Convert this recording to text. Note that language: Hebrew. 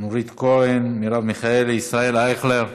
נורית קורן, מרב מיכאלי, ישראל אייכלר,